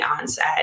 onset